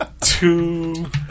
two